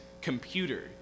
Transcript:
computer